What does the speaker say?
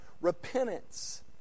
Repentance